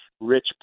rich